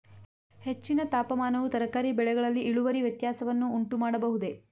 ಹೆಚ್ಚಿನ ತಾಪಮಾನವು ತರಕಾರಿ ಬೆಳೆಗಳಲ್ಲಿ ಇಳುವರಿ ವ್ಯತ್ಯಾಸವನ್ನು ಉಂಟುಮಾಡಬಹುದೇ?